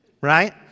right